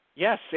Yes